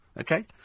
Okay